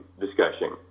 discussion